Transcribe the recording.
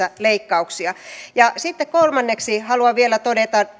leikkauksia sitten kolmanneksi haluan vielä todeta